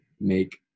make